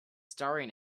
staring